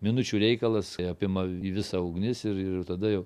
minučių reikalas apima jį visą ugnis ir tada jau